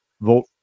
vote